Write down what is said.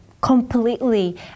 completely